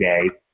today